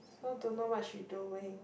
so don't know what she doing